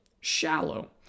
shallow